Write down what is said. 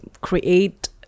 create